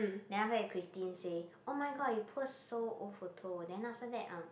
then after that Christine say oh-my-god you post so old photo then after that um